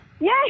Yay